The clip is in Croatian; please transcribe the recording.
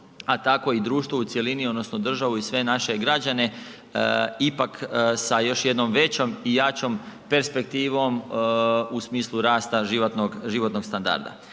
a tako i društvo u cjelini odnosno državu i sve naše građane ipak sa još jednom većom i jačom perspektivom u smislu rasta životnog standarda.